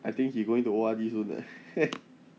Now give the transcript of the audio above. I think he going to O_R_D soon eh